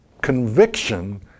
conviction